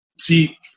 See